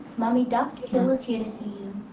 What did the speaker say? mommy, dr. hill is here to see you.